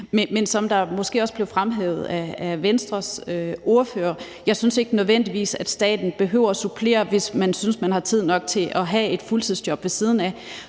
Men ligesom det også er blevet fremhævet af Venstres ordfører, synes jeg ikke, at staten nødvendigvis behøver at supplere, hvis man synes, at man har tid nok til at have et fuldtidsjob ved siden af.